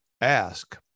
ask